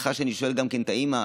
וסליחה שאני שואל גם את האימא,